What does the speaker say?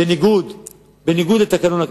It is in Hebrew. בניגוד לתקנון,